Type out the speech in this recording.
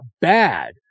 bad